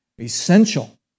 essential